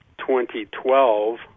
2012